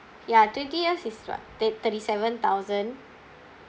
ya twenty years is what thir~ thirty seven thousand